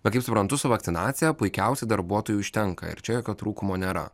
va kaip suprantu su vakcinacija puikiausiai darbuotojų užtenka ir čia jokio trūkumo nėra